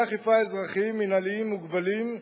וכלי אכיפה אזרחיים מינהליים מוגבלים,